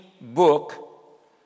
book